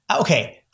Okay